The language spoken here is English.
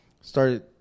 started